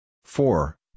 four